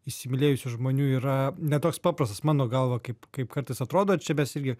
įsimylėjusių žmonių yra ne toks paprastas mano galva kaip kaip kartais atrodo čia mes irgi